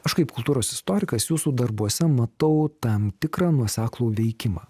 aš kaip kultūros istorikas jūsų darbuose matau tam tikrą nuoseklų veikimą